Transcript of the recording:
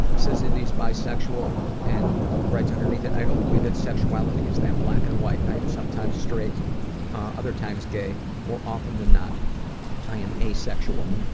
says that he's bisexual and writes underneath it, i don't believe that sexuality is that black and white. i am sometimes straight other times gay, more often than not i am asexual.